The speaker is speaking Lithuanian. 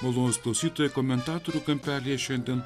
malonūs klausytojai komentatorių kampelyje šiandien